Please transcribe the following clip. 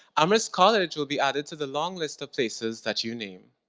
amherst college will be added to the long list of places that you name.